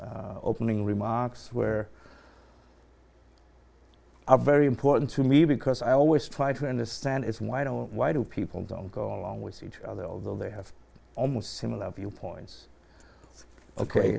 your opening remarks were are very important to me because i always try to understand it's why don't why do people don't go along with each other although they have almost similar viewpoints ok